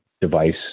device